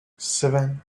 seven